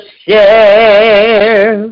share